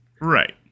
Right